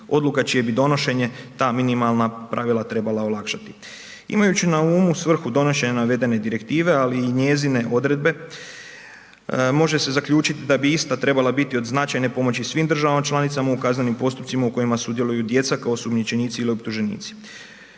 odluka čije bi donošenje ta minimalna pravila trebala olakšati. Imajući na umu srhu donošenja navedene direktive ali i njezine odredbe, može se zaključiti da bi ista trebala biti od značajne pomoći svim državama članicama u kaznenim postupcima u kojima sudjeluju djeca kao osumnjičenici ili optuženici.